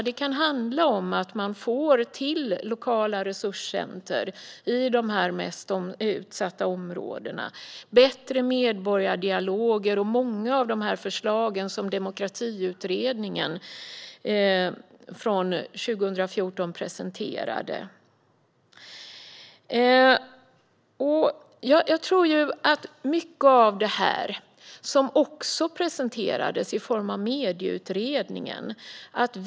Det kan handla om att man får till lokala resurscenter i de mest utsatta områdena och om bättre medborgardialoger. Det handlar om många av förslagen som Demokratiutredningen presenterade 2014. Jag tror också på mycket av det som presenterades i Medieutredningen.